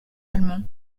allemand